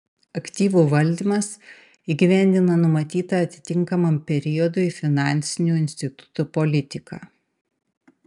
aktyvų valdymas įgyvendina numatytą atitinkamam periodui finansinių institutų politiką